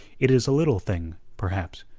it is a little thing, perhaps,